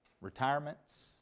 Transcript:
retirements